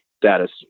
status